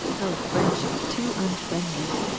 o friendship too unfriendly!